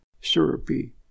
syrupy